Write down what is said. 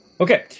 Okay